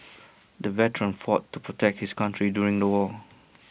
the veteran fought to protect his country during the war